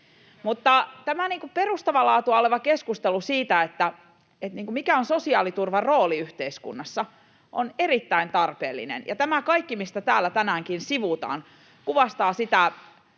tämä perustavaa laatua oleva keskustelu siitä, mikä on sosiaaliturvan rooli yhteiskunnassa, on erittäin tarpeellinen, ja tämä kaikki, mitä täällä tänäänkin sivutaan, kuvastaa